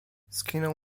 skinął